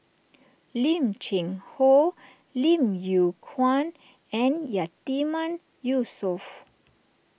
Lim Cheng Hoe Lim Yew Kuan and Yatiman Yusof